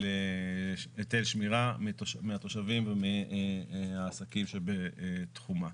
היטל שמירה מהתושבים ומהעסקים שבתחומה.